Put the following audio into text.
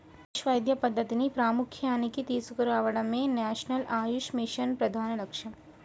ఆయుష్ వైద్య పద్ధతిని ప్రాముఖ్య్యానికి తీసుకురావడమే నేషనల్ ఆయుష్ మిషన్ ప్రధాన లక్ష్యం